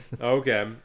okay